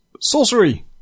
sorcery